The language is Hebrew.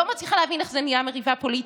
אני לא מצליחה להבין איך זה נהיה מריבה פוליטית.